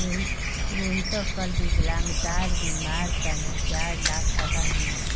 रोहितक कल विकलांगतार बीमार तने चार लाख टका मिल ले